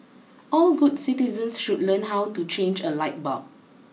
all good citizens should learn how to change a light bulb